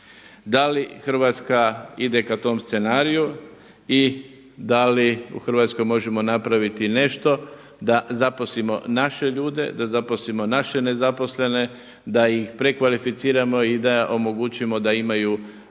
Da li Hrvatska ide k tom scenariju i da li u Hrvatskoj možemo napraviti nešto da zaposlimo naše ljude, da zaposlimo naše nezaposlene, da ih prekvalificiramo i da omogućimo da imaju